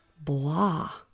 blah